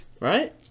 Right